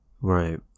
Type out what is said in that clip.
Right